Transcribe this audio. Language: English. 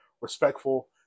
respectful